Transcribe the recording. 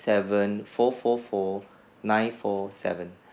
seven four four four nine four seven